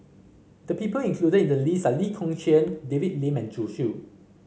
the people included in the list are Lee Kong Chian David Lim and Zhu Xu